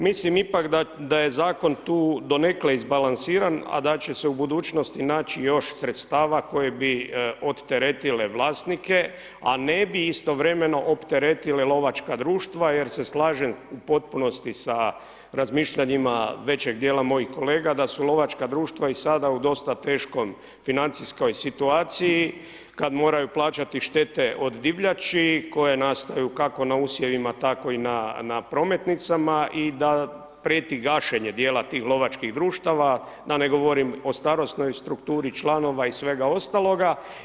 Mislim ipak da je Zakon tu donekle izbalansiran, a da će se u budućnosti naći još sredstava koje bi oteretile vlasnike a ne bi istovremeno opteretile lovačka društva, jer se slažem u potpunosti sa razmišljanjima većeg dijela mojih kolega da lovačka društva i sada u dosta teškoj financijskoj situaciji kad moraju plaćati štete od divljači koje nastaju kako na usjevima tako i na prometnicama i da prijeti gašenja dijela tih lovačkih društava da ne govorim o starosnoj strukturi članova i svega ostaloga.